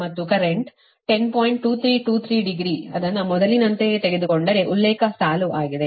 2323 degree ಅದನ್ನು ಮೊದಲಿನಂತೆಯೇ ತೆಗೆದುಕೊಂಡರೆ ಉಲ್ಲೇಖ ಸಾಲು ಆಗಿದೆ